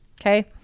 okay